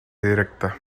directa